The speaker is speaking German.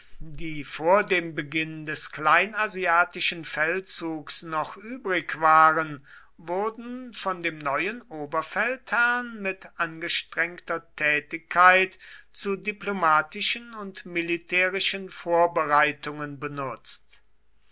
die vor dem beginn des kleinasiatischen feldzugs noch übrig waren wurden von dem neuen oberfeldherrn mit angestrengter tätigkeit zu diplomatischen und militärischen vorbereitungen benutzt